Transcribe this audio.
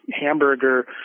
hamburger